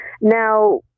Now